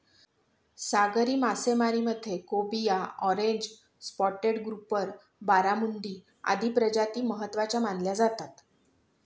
सागरी मासेमारीमध्ये cobia, orange spotted grouper, barramundi आदी प्रजाती महत्त्वाच्या मानल्या जातात